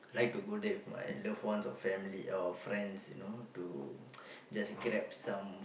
like to go there with my loved ones or family or friends you know to just grab some